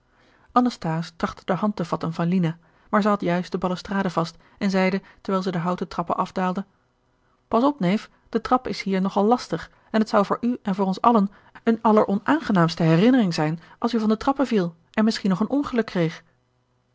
anasthase trachtte de hand te vatten van lina maar zij had juist de balustrade vast en zeide terwijl zij de houten trappen afdaalde pas op neef de trap is hier nog al lastig en het zou voor u en voor ons allen eene alleronaangenaamste herinnering zijn als u van de trappen viel en misschien nog een ongeluk kreeg